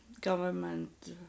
government